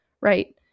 right